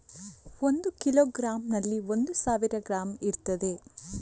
ಒಂದು ಕಿಲೋಗ್ರಾಂನಲ್ಲಿ ಒಂದು ಸಾವಿರ ಗ್ರಾಂ ಇರ್ತದೆ